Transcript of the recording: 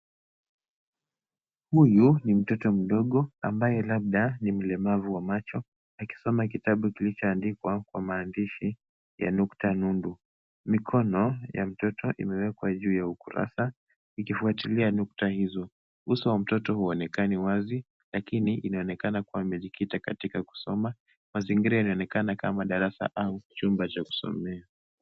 Huyu ni mtoto mdogo ambaye labda ni mlemavu wa macho, akisoma kitabu kilichoandikwa kwa maandishi ya nukta nundu. Mikono ya mtoto imewekwa juu ya ukurasa, ikifuatilia nukta hizo. Uso wa mtoto huonekani wazi, lakini inaonekana kua amejikita katika kusoma. Mazingira yanaonekana kama darasa au chumba cha kusomea.